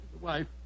wife